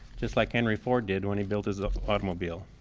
just like henry ford did when he built his ah automobile.